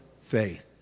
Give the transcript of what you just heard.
faith